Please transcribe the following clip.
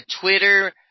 Twitter